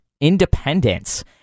independence